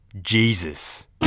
Jesus